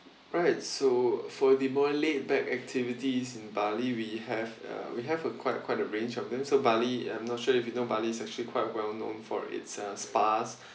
right so for the more laid-back activities in bali we have uh we have a quite quite a range of them so bali I'm not sure if you know bali's actually quite well known for its uh spas